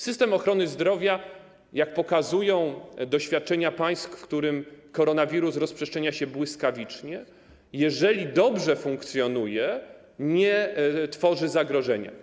System ochrony zdrowia, jak pokazują doświadczenia państw, w których koronawirus rozprzestrzenia się błyskawicznie, jeżeli dobrze funkcjonuje, nie tworzy zagrożenia.